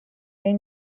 این